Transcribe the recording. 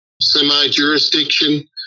semi-jurisdiction